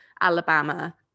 Alabama